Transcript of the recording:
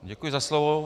Děkuji za slovo.